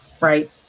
right